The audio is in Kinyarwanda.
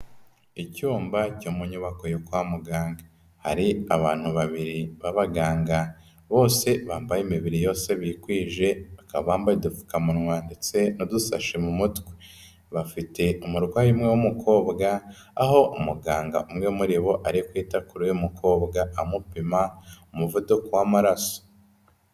Icyumba cyo mu nyubako yo kwa muganga, hari abantu babiri b'abaganga, bose bambaye imibiri yose bikwije, bakaba bambaye udupfukamunwa ndetse n'udusashe mu mutwe, bafite umurwayi umwe w'umukobwa aho muganga umwe muri bo ari kwita kuri uyu mukobwa amupima umuvuduko w'amaraso.